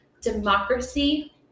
Democracy